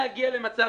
אני מדגיש שוב, הצעת